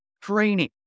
training